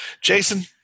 Jason